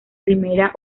primera